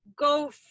go